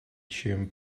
чем